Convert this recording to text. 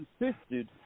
insisted